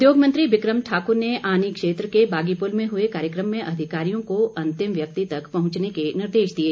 उद्योग मंत्री बिक्रम ठाकुर ने आनी क्षेत्र के बागीपुल में हुए कार्यक्रम में अधिकारियों को अंतिम व्यक्ति तक पहुंचने के निर्देश दिए